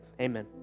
amen